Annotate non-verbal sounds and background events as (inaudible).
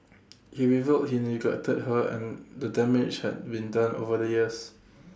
(noise) he revealed he neglected her and the damage had been done over the years